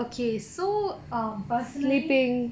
okay so um personally